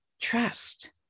Trust